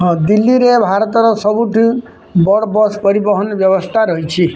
ହଁ ଦିଲ୍ଲୀରେ ଭାରତର ସବୁଠୁ ବଡ଼ ବସ୍ ପରିବହନ ବ୍ୟବସ୍ଥା ରହିଛି